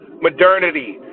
modernity